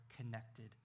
connected